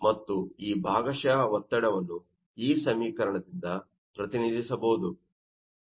ಮತ್ತು ಈ ಭಾಗಶಃ ಒತ್ತಡವನ್ನು ಈ ಸಮೀಕರಣದಿಂದ ಪ್ರತಿನಿಧಿಸಬಹುದು